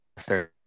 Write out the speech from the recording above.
third